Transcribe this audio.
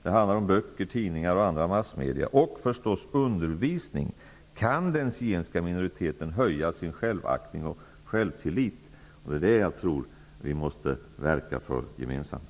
Det handlar om böcker, tidningar, andra massmedier och förstås också om undervisning. Det är detta jag tror att vi måste verka för gemensamt.